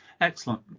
Excellent